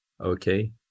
okay